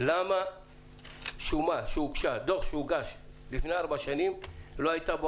למה דוח שהוגש לפני ארבע שנים לא היתה בו